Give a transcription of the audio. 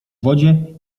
wodzie